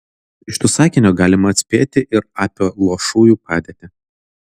iš to sakinio galima atspėti ir apie luošųjų padėtį